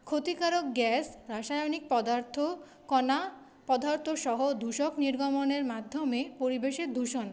ক্ষতিকারক গ্যাস রাসায়নিক পদার্থ কণা পদার্থসহ দূষক নির্গমনের মাধ্যমে পরিবেশের দূষণ